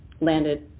landed